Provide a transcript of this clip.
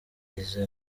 iza